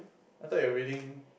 I thought you're reading